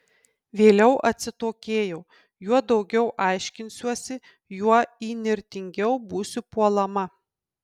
vėliau atsitokėjau juo daugiau aiškinsiuosi juo įnirtingiau būsiu puolama